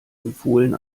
empfohlen